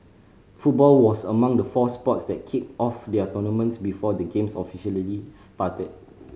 football was among the four sports that kicked off their tournaments before the Games officially started